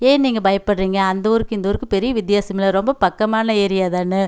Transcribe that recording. ஏன் நீங்கள் பயப்படுறீங்க அந்த ஊருக்கும் இந்த ஊருக்கும் பெரிய வித்தியாசமே இல்லை ரொம்ப பக்கமான ஏரியா தானே